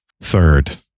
third